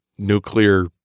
nuclear